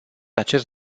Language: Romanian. acest